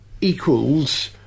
equals